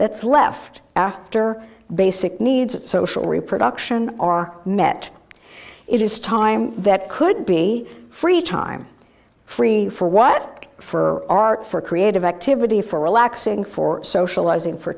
that's left after basic needs social reproduction are met it is time that could be free time free for what for art for creative activity for relaxing for socializing for